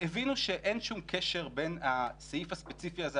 שהבינו שאין שום קשר בין הסעיף הספציפי הזה,